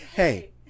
Hey